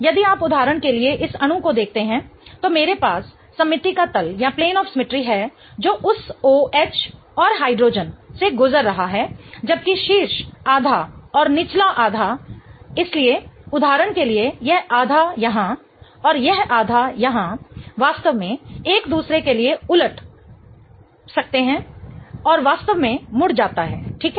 यदि आप उदाहरण के लिए इस अणु को देखते हैं तो मेरे पास सममिति का तल है जो उस OH और हाइड्रोजन से गुजर रहा है जबकि शीर्ष आधा और निचला आधा इसलिए उदाहरण के लिए यह आधा यहाँ और यह आधा यहाँ वास्तव में एक दूसरे के लिए उलट फ्लिप कर सकते हैं और वास्तव में मुड़ जाता है ठीक है